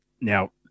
now